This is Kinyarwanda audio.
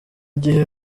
gihe